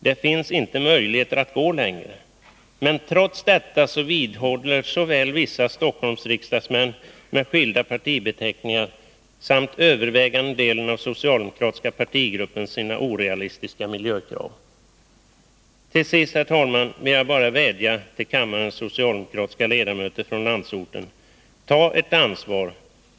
Det finns inte möjligheter att gå längre, men trots detta vidhåller såväl vissa Stockholmsriksdagsmän med skilda partibeteckningar som övervägande delen av den socialdemokratiska partigruppen sina orealistiska miljökrav. Till sist, herr talman, vill jag bara vädja till kammarens socialdemokratiska Nr 53 ledamöter från landsorten: Ta ert ansvar!